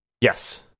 yes